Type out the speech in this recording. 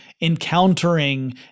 encountering